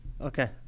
Okay